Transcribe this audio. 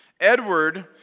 Edward